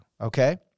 okay